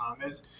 Thomas